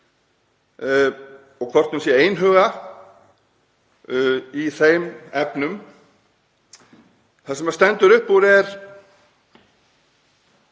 og hvort hún sé einhuga í þeim efnum. Það sem stendur upp úr eru